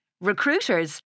Recruiters